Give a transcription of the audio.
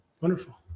Wonderful